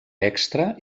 extra